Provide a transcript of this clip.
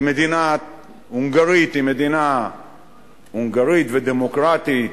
המדינה ההונגרית היא מדינה הונגרית ודמוקרטית